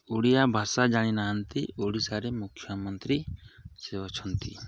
ଓଡ଼ିଆ ଭାଷା ଜାଣିନାହାନ୍ତି ଓଡ଼ିଶାରେ ମୁଖ୍ୟମନ୍ତ୍ରୀ ସେ ଅଛନ୍ତି